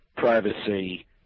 privacy